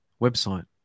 website